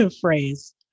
phrase